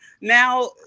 Now